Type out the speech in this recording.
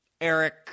Eric